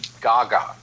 gaga